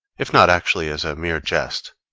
if not actually as a mere jest.